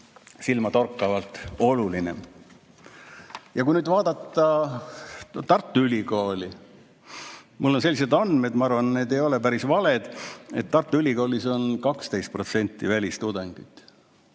silmatorkavalt oluline. Ja kui nüüd vaadata Tartu Ülikooli, mul on sellised andmed – ma arvan, need ei ole päris valed –, et Tartu Ülikoolis on 12% välistudengeid,